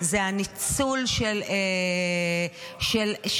זה הניצול של המזון,